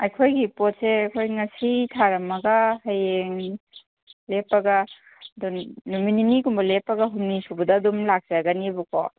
ꯑꯩꯈꯣꯏꯒꯤ ꯄꯣꯠꯁꯦ ꯑꯩꯈꯣꯏ ꯉꯁꯤ ꯊꯥꯔꯝꯃꯒ ꯍꯌꯦꯡ ꯂꯦꯞꯄꯒ ꯑꯗꯨꯝ ꯅꯨꯃꯤꯠ ꯅꯤꯅꯤꯒꯨꯝꯕ ꯂꯦꯞꯄꯒ ꯍꯨꯝꯅꯤ ꯁꯨꯕꯗ ꯑꯗꯨꯝ ꯂꯥꯛꯆꯒꯅꯦꯕꯀꯣ